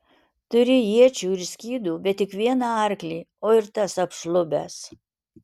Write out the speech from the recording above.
turi iečių ir skydų bet tik vieną arklį o ir tas apšlubęs